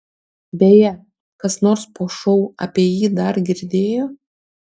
beje kas nors po šou apie jį dar girdėjo